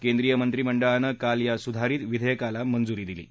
केंद्रीयमंत्रीमंडळानं कालच या सुधारित विधेयकाला मंजुरी दिली आहे